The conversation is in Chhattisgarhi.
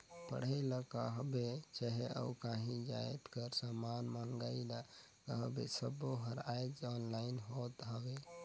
पढ़ई ल कहबे चहे अउ काहीं जाएत कर समान मंगई ल कहबे सब्बों हर आएज ऑनलाईन होत हवें